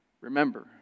Remember